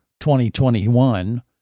2021